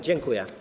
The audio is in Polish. Dziękuję.